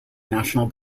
national